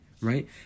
right